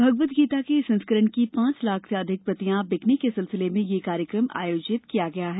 भगवदगीता के इस संस्करण की पांच लाख से अधिक प्रतियां बिकने के सिलसिले में यह कार्यक्रम आयोजित किया गया है